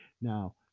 Now